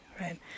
right